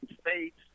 states